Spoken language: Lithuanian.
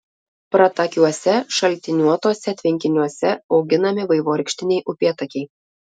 pratakiuose šaltiniuotuose tvenkiniuose auginami vaivorykštiniai upėtakiai